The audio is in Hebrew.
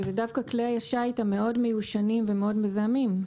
שזה דווקא כלי השיט המאוד מיושנים ומאוד מזהמים.